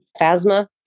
Phasma